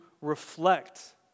reflect